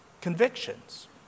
convictions